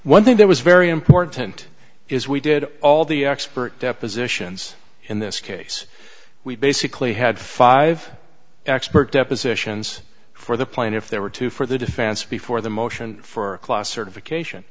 one thing that was very important is we did all the expert depositions in this case we basically had five expert depositions for the plaintiff there were two for the defense before the motion for class certification